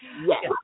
Yes